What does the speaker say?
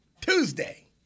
Tuesday